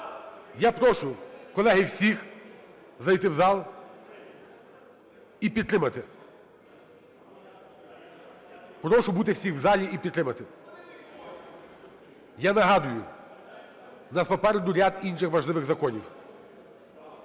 Я прошу, колеги, всіх зайти в зал і підтримати. Прошу бути всіх в залі і підтримати. Я нагадую, у нас попереду ряд інших важливих законів.